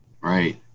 Right